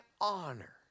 honor